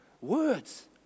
Words